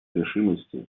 решимости